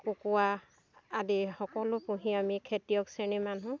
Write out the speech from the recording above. কুকুৰা আদি সকলো পুহি আমি খেতিয়ক শ্ৰেণীৰ মানুহ